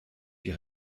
die